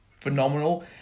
phenomenal